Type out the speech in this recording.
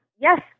yes